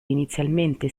inizialmente